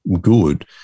good